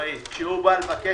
12:15.